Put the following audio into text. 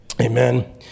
amen